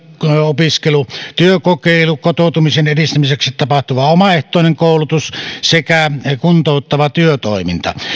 opiskelu työkokeilu kotoutumisen edistämiseksi tapahtuva omaehtoinen koulutus sekä kuntouttava työtoiminta